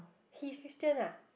he's Christian ah